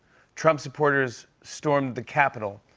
trump supporters stormed the capitol.